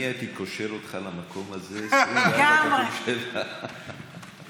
אני הייתי קושר אותך למקום הזה 24 כפול 7. לגמרי.